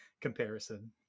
comparison